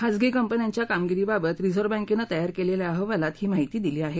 खाजगी कंपन्यांच्या कामगिरीबाबत रिझर्व्ह बँकनं तयार केलेल्या अहवालात ही माहिती दिली आहे